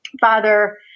Father